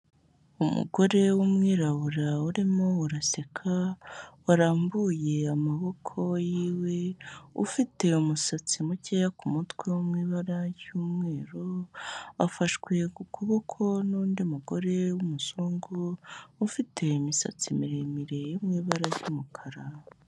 Umugore w'umwirabura urimo araseka warambuye amaboko yiwe, ufite umusatsi mukeya ku mutwe mu ibara ry'umweru, afashwe ku kuboko n'undi mugore w'umuzungu ufite imisatsi miremire yo mu ibara ry'umukara.